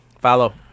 Follow